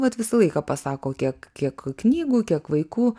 vat visą laiką pasako kiek kiek knygų kiek vaikų